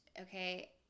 okay